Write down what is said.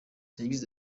yagize